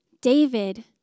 David